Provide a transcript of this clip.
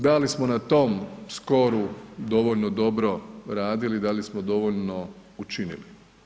Da li smo na tom skoru dovoljno dobro radili, da li smo dovoljno učinili?